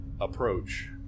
approach